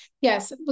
Yes